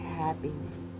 happiness